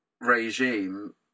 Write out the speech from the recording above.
regime